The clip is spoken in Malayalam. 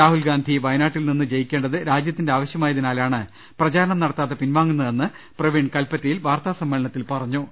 രാഹുൽ ഗാന്ധി പ്രവയനാട്ടിൽ നിന്ന് ജയിക്കേണ്ടത് രാജ്യത്തിന്റെ ആവശ്യമായതിനാലാണ് പ്രചാരണം നടത്താതെ പിൻവാങ്ങുന്നതെന്ന് പ്രവീൺ കൽപ്പറ്റയിൽ വാർത്താ സമ്മേളനത്തിൽ അറിയിച്ചു